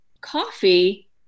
coffee